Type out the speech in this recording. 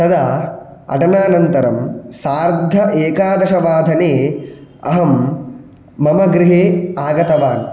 तदा अटनानन्तरं सार्ध एकादशवादने अहं मम गृहे आगतवान्